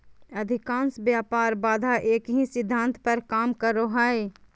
अधिकांश व्यापार बाधा एक ही सिद्धांत पर काम करो हइ